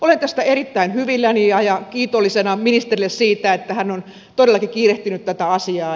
olen tästä erittäin hyvilläni ja kiitollisena ministerille siitä että hän on todellakin kiirehtinyt tätä asiaa